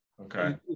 Okay